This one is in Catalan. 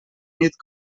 nit